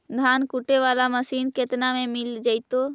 धान कुटे बाला मशीन केतना में मिल जइतै?